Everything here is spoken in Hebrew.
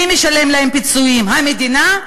מי משלם להם פיצויים, המדינה?